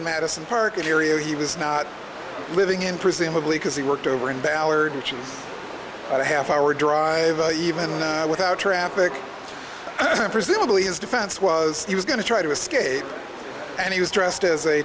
in madison park area he was not living in presumably because he worked over in ballard which is a half hour drive even without traffic presumably his defense was he was going to try to escape and he was dressed as a